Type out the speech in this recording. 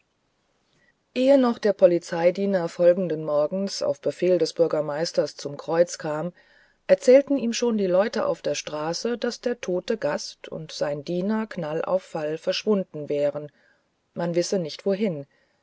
ehe noch der polizeidiener folgenden morgens auf befehl des bürgermeisters zum kreuz kam erzählten ihm schon die leute auf der straße daß der tote gast und sein diener knall und fall verschwunden wären man wisse nicht wohin